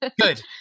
Good